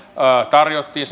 tarjottiin